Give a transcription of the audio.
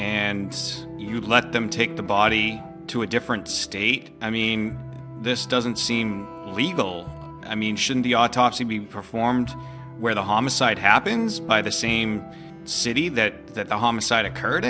and you let them take the body to a different state i mean this doesn't seem legal i mean shouldn't the autopsy be performed where the homicide happens by the same city that the homicide occurred